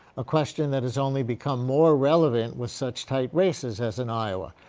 a question that has only become more relevant with such tight races as in iowa.